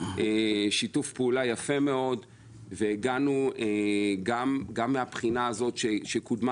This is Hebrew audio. בשיתוף פעולה יפה מאוד גם מהבחינה הזו שקודמה